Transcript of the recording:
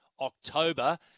october